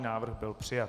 Návrh byl přijat.